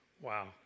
Wow